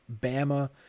Bama